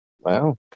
Wow